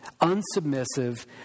unsubmissive